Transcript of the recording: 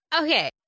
okay